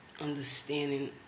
understanding